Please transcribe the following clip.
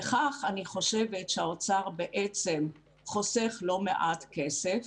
בכך האוצר בעצם חוסך לא מעט כסף.